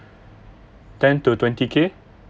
ten to twenty k